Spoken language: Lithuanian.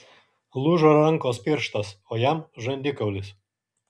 lūžo rankos pirštas o jam žandikaulis